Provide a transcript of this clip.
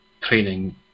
training